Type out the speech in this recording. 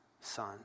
son